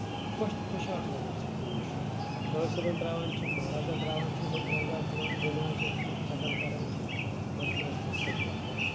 خۄش تہٕ خۄشحال چھِ لگان اَسہِ یِم پوش ہٲج صٲبَن تراوان چھِ مہرازَن تراوان چھِ لُطُف اَندوز تُلان گِندان چھِ شُرۍ ژَٹان کران چھِ بَڑٕ مَزٕ چھُ اتھ پوشہٕ باغَس لگان